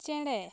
ᱪᱮᱬᱮ